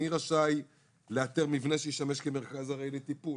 מי רשאי לאתר מבנה שישמש כמרכז ארעי לטיפול?